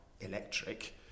electric